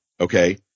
okay